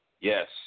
Yes